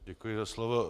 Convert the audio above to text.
Děkuji za slovo.